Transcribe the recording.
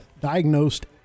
diagnosed